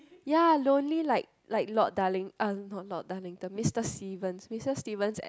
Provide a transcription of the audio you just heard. ya lonely like like Lord Darling uh no not darlington Mr stevens Mr Stevens at